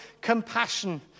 compassion